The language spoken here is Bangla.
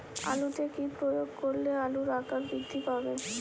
আলুতে কি প্রয়োগ করলে আলুর আকার বৃদ্ধি পাবে?